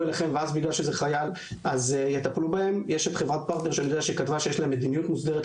זה חוב שאולי אפשר להתעלם ממנו או לא לדבר עליו.